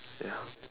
ya